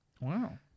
Wow